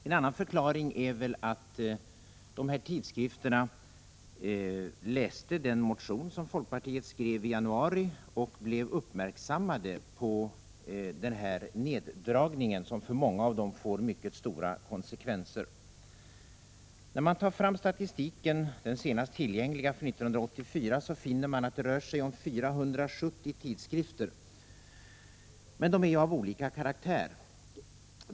En annan förklaring är väl att dessa organisationer läste den motion som folkpartiet skrev i januari och blev uppmärksammade på denna neddragning, som för många av dem får mycket stora konsekvenser. När man tar fram den senaste tillgängliga statistiken för 1984 finner man att det rör sig om 470 tidskrifter. De är av olika karaktär.